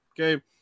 okay